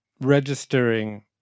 registering